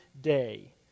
day